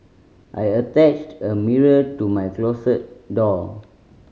I attached a mirror to my closet door